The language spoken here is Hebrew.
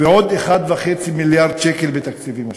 ועוד 1.5 מיליארד שקל בתקציבים השוטפים.